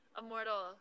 immortal